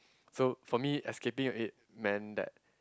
so for me escaping it meant that